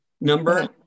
number